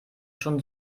schon